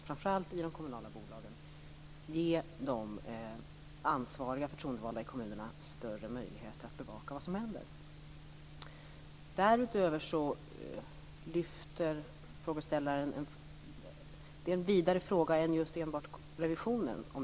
Framför allt skall de ansvariga förtroendevalda i kommunerna ges större möjligheter att bevaka vad som händer i de kommunala bolagen. Om jag uppfattar frågeställaren rätt är detta en vidare fråga; den handlar inte enbart om revisionen.